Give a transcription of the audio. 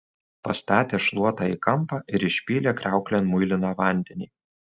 pastatė šluotą į kampą ir išpylė kriauklėn muiliną vandenį